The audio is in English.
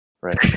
right